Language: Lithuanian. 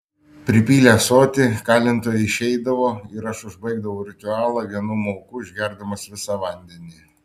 pripylę ąsotį kalintojai išeidavo ir aš užbaigdavau ritualą vienu mauku išgerdamas visą vandenį